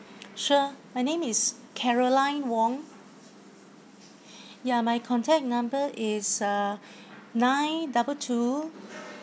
sure my name is carolyn wong ya my contact number is uh nine double two